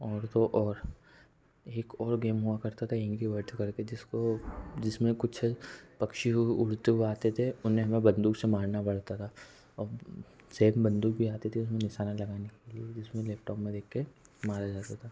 और तो और एक और गेम हुआ करता था एंग्री बर्ड कर के जिसको जिसमें कुछ पक्षी उड़ते हुए आते थे उने हमें बंदूक से मारना पड़ता था और सेम बंदूक भी आती थी और हमें निशाना लगाना जिसमें लैपटॉप में देख के मारा जाता था